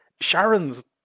sharon's